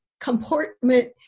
comportment